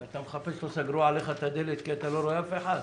אתה מחפש אם לא סגרו עליך את הדלת כי אתה לא רואה אף אחד.